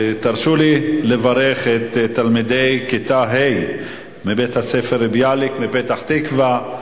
תרשו לי לברך את תלמידי כיתה ה' מבית-הספר "ביאליק" בפתח-תקווה.